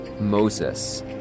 Moses